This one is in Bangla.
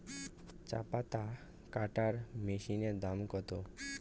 চাপাতা কাটর মেশিনের দাম কত?